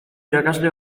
irakasle